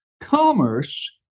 Commerce